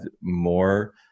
more